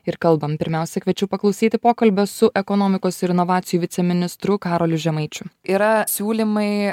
ir kalbam pirmiausiai kviečiu paklausyti pokalbio su ekonomikos ir inovacijų viceministru karoliu žemaičiu yra siūlymai